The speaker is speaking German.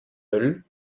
müll